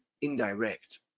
indirect